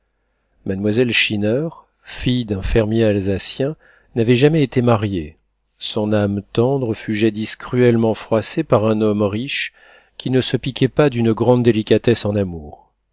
mademoiselle schinner fille d'un fermier alsacien n'avait jamais été mariée son âme tendre fut jadis cruellement froissée par un homme riche qui ne se piquait pas d'une grande délicatesse en amour